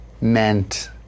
meant